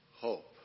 Hope